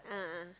a'ah